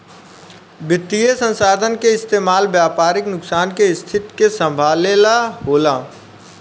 वित्तीय संसाधन के इस्तेमाल व्यापारिक नुकसान के स्थिति के संभाले ला होला